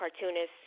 cartoonists